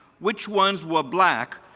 which ones were black,